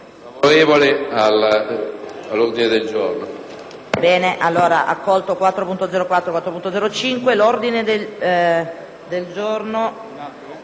favorevole sull'ordine del giorno